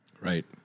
Right